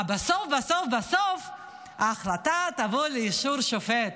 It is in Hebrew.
בסוף בסוף ההחלטה תבוא לאישור שופט.